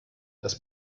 das